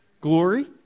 glory